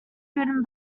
written